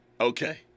Okay